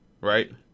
right